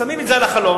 שמים את זה על החלון.